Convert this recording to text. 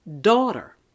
daughter